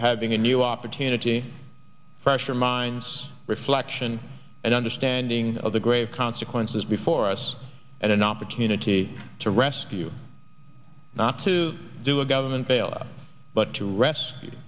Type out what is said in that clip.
having a new opportunity i'm sure mines reflection and understanding of the grave consequences before us and an opportunity to rescue not to do a government bailout but to rescue